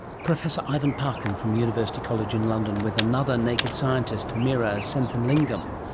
professor ivan parkin from university college in london with another naked scientist, meera senthilingam,